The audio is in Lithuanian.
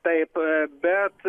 taip bet